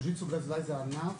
זה ענף